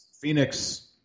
Phoenix